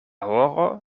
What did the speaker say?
horo